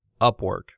Upwork